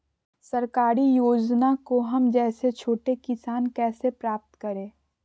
सरकारी योजना को हम जैसे छोटे किसान कैसे प्राप्त करें?